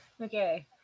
Okay